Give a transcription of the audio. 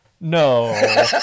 No